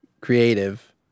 creative